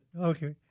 Okay